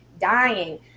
dying